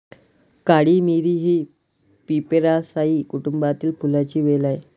काळी मिरी ही पिपेरासाए कुटुंबातील फुलांची वेल आहे